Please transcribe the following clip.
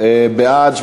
בעד,